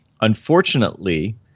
unfortunately